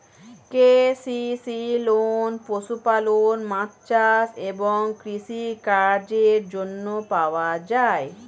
KCC loan পশুপালন, মাছ চাষ এবং কৃষি কাজের জন্য পাওয়া যায়